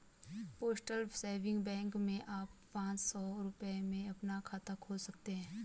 postal saving bank में आप पांच सौ रूपये में अपना खाता खोल सकते हैं